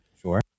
Sure